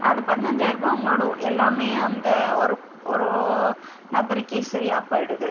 அந்த பதினஞ்சாயரம் ரூபாய் அவங்களோட எல்லாமே அந்த ஒரு ஒரு நபருக்கே சரியா போயிடும்